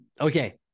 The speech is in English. Okay